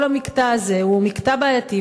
כל הקטע הזה הוא קטע בעייתי,